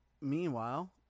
Meanwhile